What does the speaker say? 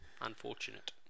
Unfortunate